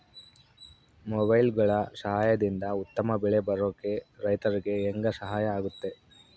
ಮೊಬೈಲುಗಳ ಸಹಾಯದಿಂದ ಉತ್ತಮ ಬೆಳೆ ಬರೋಕೆ ರೈತರಿಗೆ ಹೆಂಗೆ ಸಹಾಯ ಆಗುತ್ತೆ?